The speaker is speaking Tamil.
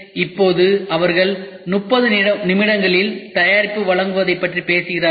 எனவே இப்போது அவர்கள் 30 நிமிடங்களில் தயாரிப்பு வழங்குவதைப் பற்றி பேசுகிறார்கள்